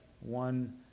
one